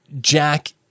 jack